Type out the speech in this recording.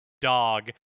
dog